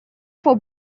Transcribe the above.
for